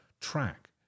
track